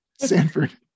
Sanford